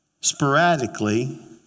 sporadically